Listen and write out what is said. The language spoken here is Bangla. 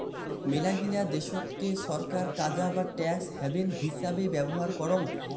মেলাগিলা দেশতকে ছরকার কাজা বা ট্যাক্স হ্যাভেন হিচাবে ব্যবহার করং